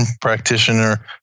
practitioner